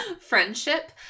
friendship